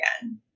again